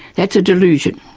that's a delusion.